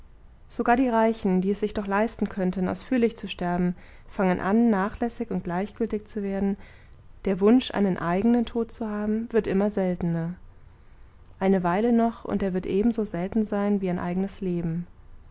sogar die reichen die es sich doch leisten könnten ausführlich zu sterben fangen an nachlässig und gleichgültig zu werden der wunsch einen eigenen tod zu haben wird immer seltener eine weile noch und er wird ebenso selten sein wie ein eigenes leben